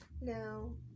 No